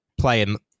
playing